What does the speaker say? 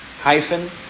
hyphen